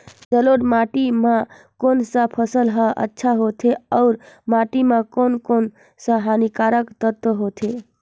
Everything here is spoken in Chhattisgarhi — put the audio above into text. जलोढ़ माटी मां कोन सा फसल ह अच्छा होथे अउर माटी म कोन कोन स हानिकारक तत्व होथे?